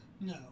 no